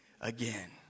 again